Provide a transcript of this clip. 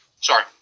sorry